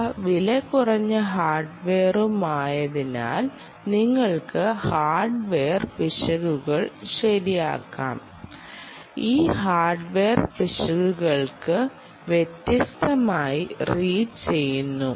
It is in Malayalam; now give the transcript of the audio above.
അവ വിലകുറഞ്ഞ ഹാർഡ്വെയറുമായതിനാൽ നിങ്ങൾക്ക് ഹാർഡ്വെയർ പിശകുകൾ ശരിയാക്കാം ഈ ഹാർഡ്വെയർ പിശകുകൾക്ക് വ്യത്യസ്തമായി റീഡ് ചെയുന്നു